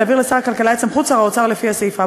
ולהעביר לשר הכלכלה את סמכות שר האוצר לפי הסעיף האמור".